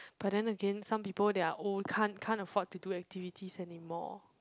but then again some people they are old can't can't afford to do activities anymore